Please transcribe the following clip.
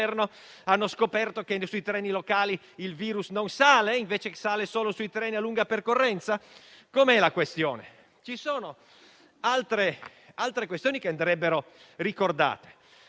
hanno scoperto che sui treni locali il virus non sale, mentre sale solo sui treni a lunga percorrenza? Com'è la questione? Ci sono altre questioni che andrebbero ricordate.